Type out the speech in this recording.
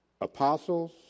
apostles